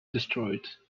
destroyed